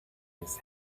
his